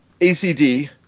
ACD